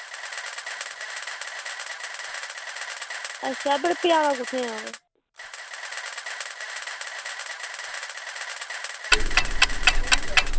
अच्छा पर पजाना कु'त्थें ऐ ओह्